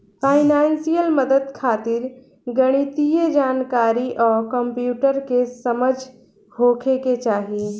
financial मदद खातिर गणितीय जानकारी आ कंप्यूटर के समझ होखे के चाही